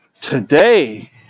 Today